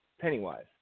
Pennywise